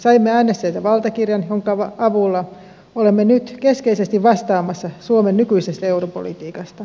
saimme äänestäjiltä valtakirjan jonka avulla olemme nyt keskeisesti vastaamassa suomen nykyisestä europolitiikasta